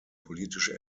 politische